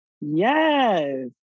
Yes